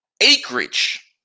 acreage